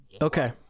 Okay